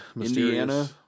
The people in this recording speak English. Indiana